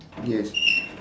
yes